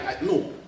No